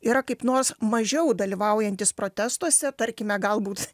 yra kaip nors mažiau dalyvaujantys protestuose tarkime galbūt